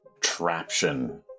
traption